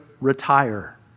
retire